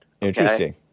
Interesting